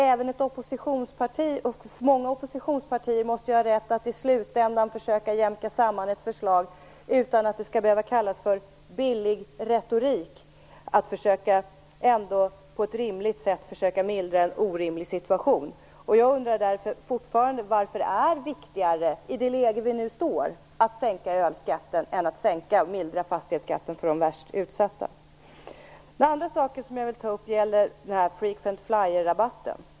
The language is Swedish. Även oppositionspartierna måste ha rätt att i slutändan jämka samman ett förslag utan att det skall behöva kallas för billig retorik när man på ett rimligt sätt försöker mildra en orimlig situation. Jag undrar fortfarande varför det är viktigare i det läge vi nu har att sänka ölskatten än att sänka fastighetsskatten för de värst utsatta. Sedan vill jag ta upp frequent flyer-rabatten.